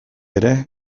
ere